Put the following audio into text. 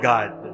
God